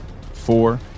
four